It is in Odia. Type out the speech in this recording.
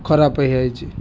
ଖରାପ ହେଇଯାଇଛି